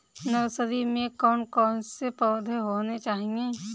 Nursery में कौन कौन से पौधे होने चाहिए?